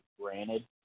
granted